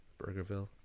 Burgerville